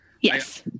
Yes